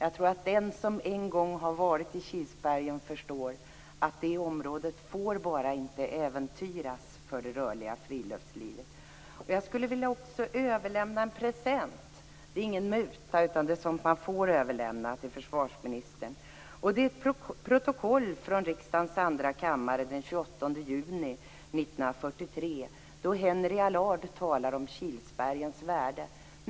Jag tror att den som en gång har varit i Kilsbergen förstår att området bara inte får äventyras för det rörliga friluftslivet. Jag skulle också vilja överlämna en present - det är ingen muta utan det är sådant som man får överlämna - till försvarsministern. Det är ett protokoll från riksdagens andra kammare den 28 juni 1943, då Henry Allard talade om Kilsbergens värde.